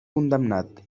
condemnat